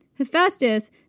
Hephaestus